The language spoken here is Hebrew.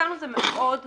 אותנו זה מאוד מטריד.